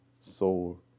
soul